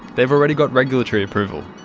they've already got regulatory approval.